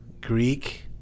Greek